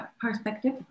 perspective